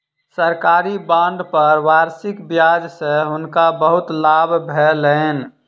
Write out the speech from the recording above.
सरकारी बांड पर वार्षिक ब्याज सॅ हुनका बहुत लाभ भेलैन